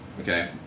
Okay